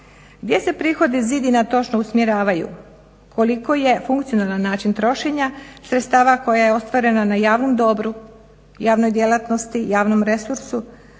Gdje se prihodi zidina točno usmjeravaju? Koliko je funkcionalan način trošenja sredstava koja je ostvarena na javnom dobru, javnoj djelatnosti, javnom resursu,